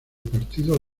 partido